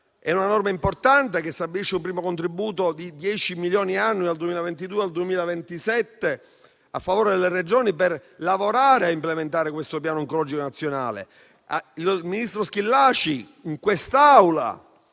di una norma importante, che stabilisce un primo contributo di 10 milioni l'anno dal 2022 al 2027 a favore delle Regioni per implementare questo Piano oncologico nazionale. Il ministro Schillaci in quest'Aula